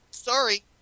Sorry